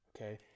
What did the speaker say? okay